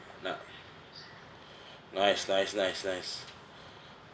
nice nice nice nice nice